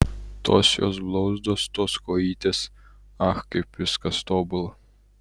tos jos blauzdos tos kojytės ach kaip viskas tobula